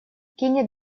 кинет